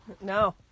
No